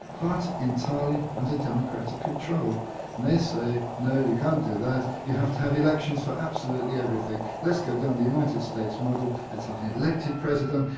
but entirely under democratic control. and they say, no, you can't do that, you have to have elections for absolutely everything. let's go down the united states model, let's have an elected president,